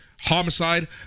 Homicide